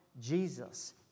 Jesus